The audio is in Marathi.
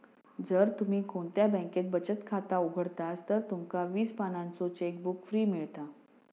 जर तुम्ही कोणत्या बॅन्केत बचत खाता उघडतास तर तुमका वीस पानांचो चेकबुक फ्री मिळता